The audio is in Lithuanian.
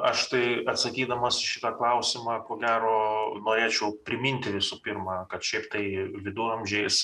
aš tai atsakydamas į šitą klausimą ko gero norėčiau priminti visų pirma kad šiaip tai viduramžiais